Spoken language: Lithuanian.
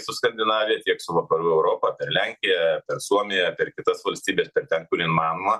su skandinavija tiek su vakarų europa per lenkiją per suomiją per kitas valstybės per ten kur įmanoma